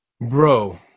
Bro